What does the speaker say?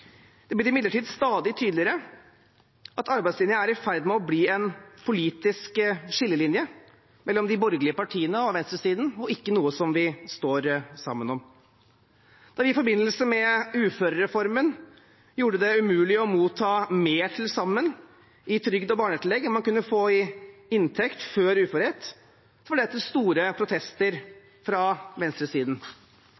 Det blir imidlertid stadig tydeligere at arbeidslinjen er i ferd med å bli en politisk skillelinje mellom de borgerlige partiene og venstresiden og ikke noe vi står sammen om. Da vi i forbindelse med uførereformen gjorde det umulig å motta mer til sammen i trygd og barnetillegg enn man kunne få i inntekt før uførhet, førte det til store protester